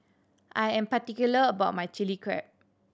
I am particular about my Chilli Crab